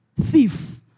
thief